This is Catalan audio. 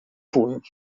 punt